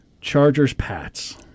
Chargers-Pats